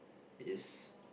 is